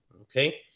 Okay